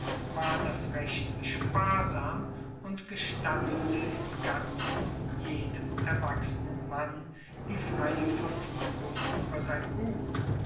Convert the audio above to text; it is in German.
war das recht sparsam und gestattete im ganzen jedem erwachsenen mann die freie verfuegung ueber sein gut